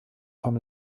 vom